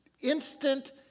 instant